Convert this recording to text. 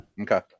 Okay